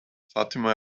fatima